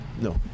No